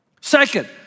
second